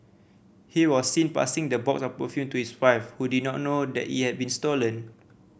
he was seen passing the box of perfume to his wife who did not know that it had been stolen